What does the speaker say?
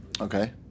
Okay